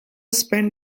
spend